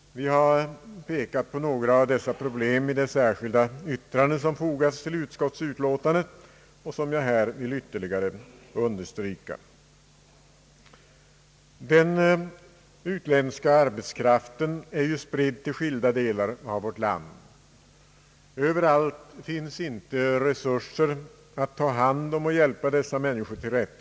Vi har pekat på några av dessa problem i det särskilda yttrande som fogats till utskottsutlåtandet och som jag här vill ytterligare understryka. Den utländska arbetskraften är ju spridd till skilda delar av vårt land. Resurser att ta hand om dessa människor och hjälpa dem till rätta finns inte överallt.